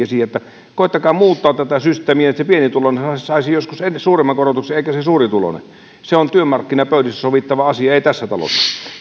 siihen koettakaa muuttaa tätä systeemiä niin että se pienituloinen saisi joskus suuremman korotuksen eikä se suurituloinen se on työmarkkinapöydissä sovittava asia ei tässä